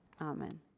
amen